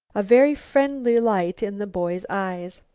a very friendly light in the boy's eyes.